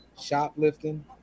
shoplifting